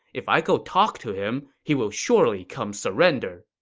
if i go talk to him, he will surely come surrender.